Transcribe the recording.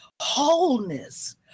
wholeness